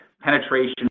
penetration